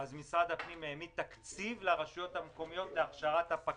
משרד הפנים העמיד תקציב לרשויות המקומיות להכשרת פקחים,